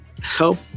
help